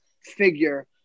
figure